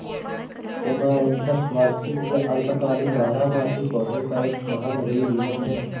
amaranthus वार्षिक या अल्पकालिक बारहमासी पौधों का एक महानगरीय जीनस है